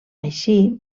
així